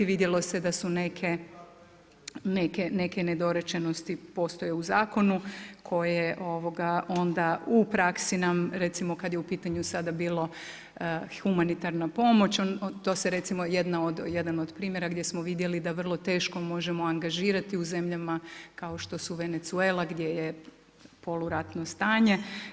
Vidjelo se da su neke nedorečenosti postoje u zakonu koje onda u praksi nam recimo kad je u pitanju sada bilo humanitarna pomoć to se recimo jedna od, jedan od primjera gdje smo vidjeli da vrlo teško možemo angažirati u zemljama kao što su Venecuela gdje je poluratno stanje.